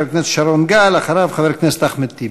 חבר הכנסת שרון גל, ואחריו, חבר הכנסת אחמד טיבי.